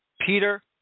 Peter